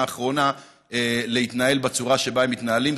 האחרונה להתנהל בצורה שבה הם מתנהלים.